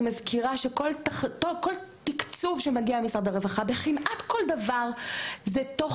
מזכירה שכל תקצוב שמגיע ממשרד הרווחה בכמעט כל דבר זה תוך